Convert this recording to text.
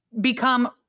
become